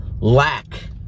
lack